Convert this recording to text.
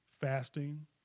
fasting